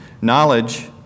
knowledge